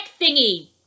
thingy